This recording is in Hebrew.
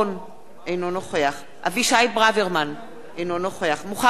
אינו נוכח אבישי ברוורמן, אינו נוכח מוחמד ברכה,